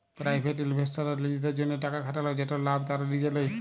private ইলভেস্টাররা লিজেদের জ্যনহে টাকা খাটাল যেটর লাভ তারা লিজে লেই